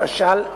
למשל,